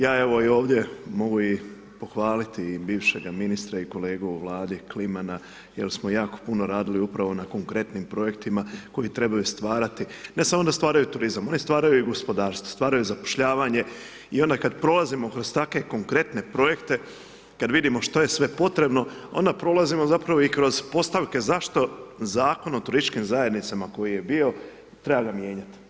Ja evo ovdje mogu i pohvaliti i bivšega ministra i kolegu i Vladi, Klimana jer smo jako puno radili upravo na konkretnim projektima koji trebaju stvarati ne samo da stvaraju turizam, oni stvaraju i gospodarstvo, stvaraju zapošljavanje i onda kad prolazimo kroz takve konkretne projekte, kad vidimo što je sve potrebno, ona prolazimo zapravo i kroz postavke zašto Zakon o turističkim zajednicama koji je bio, treba mijenjati.